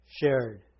shared